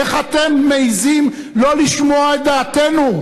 איך אתם מעזים לא לשמוע את דעתנו?